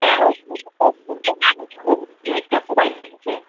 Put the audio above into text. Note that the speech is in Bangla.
হ্যাঁ অম্বুজা অম্বুজা নেন ভালো এই সিমেন্টটা সবাই নিচ্ছে